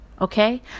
Okay